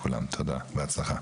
תודה ובהצלחה.